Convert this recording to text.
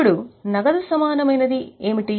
ఇప్పుడు నగదు సమానమైనది ఏమిటి